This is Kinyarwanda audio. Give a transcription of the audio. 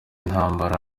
intambara